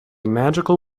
magical